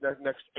next